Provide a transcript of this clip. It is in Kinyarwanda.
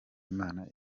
imana